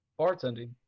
bartending